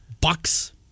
Bucks